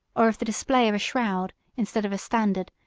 or of the display of a shroud, instead of a standard,